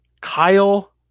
Kyle